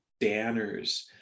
Danners